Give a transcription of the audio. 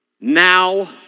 now